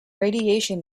radiation